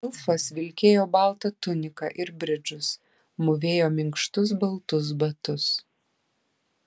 elfas vilkėjo baltą tuniką ir bridžus mūvėjo minkštus baltus batus